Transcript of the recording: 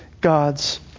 God's